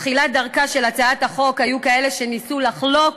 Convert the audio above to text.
בתחילת דרכה של הצעת החוק היו כאלה שניסו לחלוק